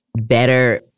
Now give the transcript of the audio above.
better